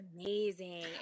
amazing